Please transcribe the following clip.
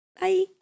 bye